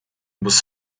was